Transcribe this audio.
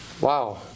wow